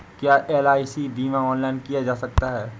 क्या एल.आई.सी बीमा ऑनलाइन किया जा सकता है?